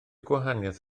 gwahaniaeth